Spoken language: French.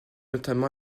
notamment